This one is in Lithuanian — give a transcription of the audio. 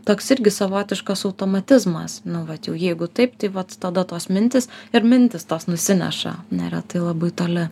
toks irgi savotiškas automatizmas nu vat jau jeigu taip tai vat tada tos mintys ir mintys tos nusineša neretai labai toli